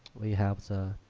we have the